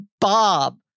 Bob